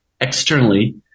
Externally